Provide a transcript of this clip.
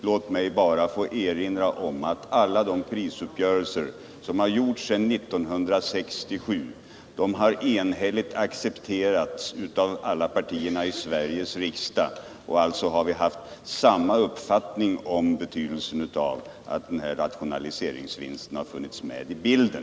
Låt mig erinra om att alla de prisuppgörelser som har träffats sedan 1967 enhälligt har accepterats av alla partier i Sveriges riksdag. Alltså har vi haft samma uppfattning om betydelsen av att rationaliseringsvinsterna har funnits med i bilden.